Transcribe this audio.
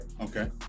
Okay